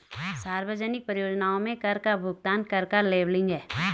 सार्वजनिक परियोजनाओं में कर का भुगतान कर का लेबलिंग है